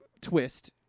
twist